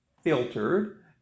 filtered